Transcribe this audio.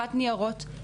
החלפת ניירות.